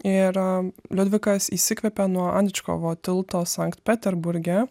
ir liudvikas įsikvepia nuo anitškovo tilto sankt peterburge